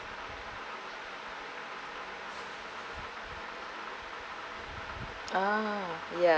ah ya